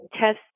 test